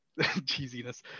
cheesiness